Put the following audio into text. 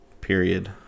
period